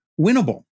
winnable